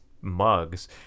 Mugs